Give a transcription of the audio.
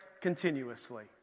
continuously